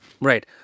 Right